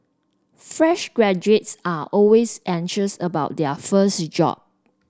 fresh graduates are always anxious about their first job